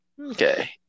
Okay